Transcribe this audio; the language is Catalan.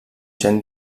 gen